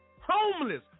Homeless